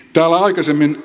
ei lisää